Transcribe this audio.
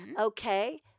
okay